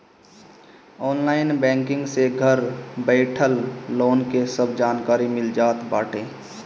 online banking से घर बइठल लोन के सब जानकारी मिल जात बाटे